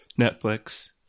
Netflix